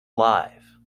live